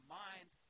mind